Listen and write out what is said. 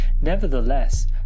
Nevertheless